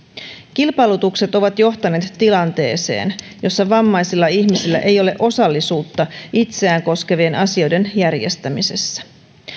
kilpailutukset ovat johtaneet tilanteeseen jossa vammaisilla ihmisillä ei ole osallisuutta itseään koskevien asioiden järjestämisessä